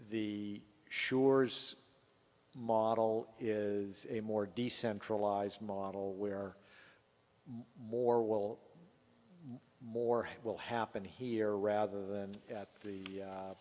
the sures model is a more decentralized model where more will more will happen here rather than at the